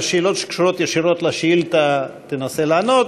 על שאלות שקשורות ישירות לשאילתה תנסה לענות.